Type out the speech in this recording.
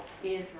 Israel